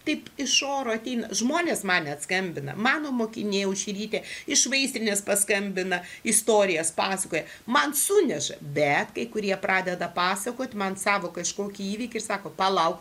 taip iš oro ateina žmonės man net skambina mano mokinė aušrytė iš vaistinės paskambina istorijas paskoja man suneša bet kai kurie pradeda pasakot man savo kažkokį įvykį ir sako palauk